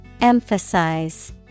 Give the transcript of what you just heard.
Emphasize